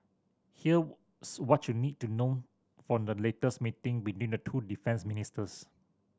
here's what you need to know from the latest meeting between the two defence ministers